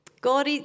God